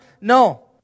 No